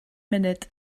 munud